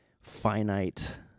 finite